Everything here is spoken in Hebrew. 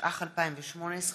התשע"ח 2018,